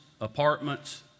apartments